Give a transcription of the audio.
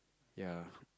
ya